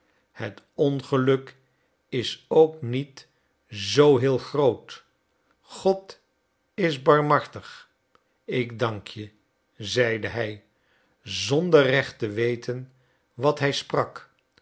het ongeluk is ook nog niet zoo heel groot god is barmhartig ik dank je zeide hij zonder recht te weten wat hij sprak